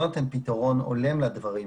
לא נותן פתרון הולם לדברים,